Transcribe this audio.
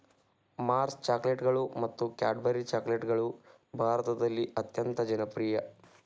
Mars ಚಾಕೊಲೇಟ್ಗಳು ಮತ್ತು Cadbury ಚಾಕೊಲೇಟ್ಗಳು ಭಾರತದಲ್ಲಿ ಅತ್ಯಂತ ಜನಪ್ರಿಯ